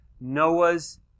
Noah's